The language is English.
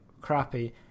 crappy